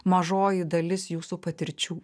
mažoji dalis jūsų patirčių